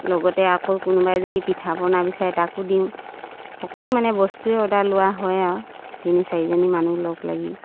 লগতে আকৌ কোনোবাই যদি পিঠা পনা বিচাৰে তাকো দিওঁ সকলো মানে বস্তুৱে অৰ্ডাৰ লোৱা হয় আৰু তিনি চাৰিজনী মানুহ লগ লাগি